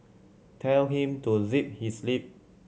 tell him to zip his lip